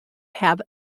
have